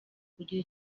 kugira